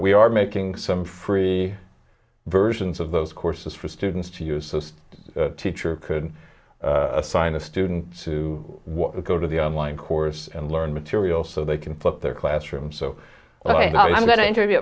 we are making some free versions of those courses for students to use just teacher could assign a student to go to the online course and learn material so they can put their classroom so now i'm going to enter the